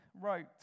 wrote